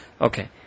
Okay